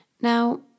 Now